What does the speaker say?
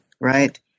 right